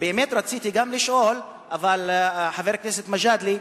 ובאמת רציתי גם לשאול, חבר הכנסת מג'אדלה,